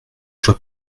choix